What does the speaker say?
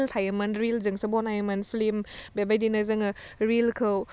reel थायोमोन रिलजोंसो बनायोमोन फिल्म बेबायदिनो जोङो रिलखौ